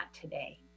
today